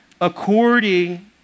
according